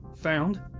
found